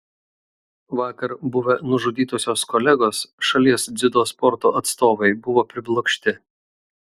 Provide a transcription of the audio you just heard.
vakar buvę nužudytosios kolegos šalies dziudo sporto atstovai buvo priblokšti